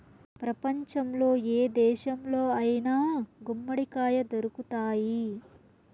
ప్రపంచంలో ఏ దేశంలో అయినా గుమ్మడికాయ దొరుకుతాయి